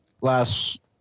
last